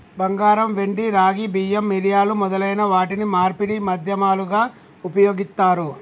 బంగారం, వెండి, రాగి, బియ్యం, మిరియాలు మొదలైన వాటిని మార్పిడి మాధ్యమాలుగా ఉపయోగిత్తారు